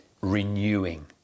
renewing